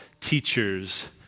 teachers